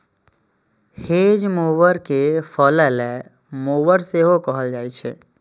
hedge mower कें फलैले mower सेहो कहल जाइ छै